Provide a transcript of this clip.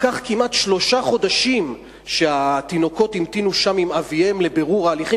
כמעט שלושה חודשים התינוקות המתינו שם עם אביהם לבירור ההליכים,